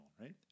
right